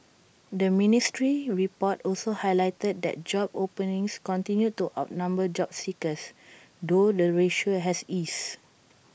the ministry's report also highlighted that job openings continued to outnumber job seekers though the ratio has eased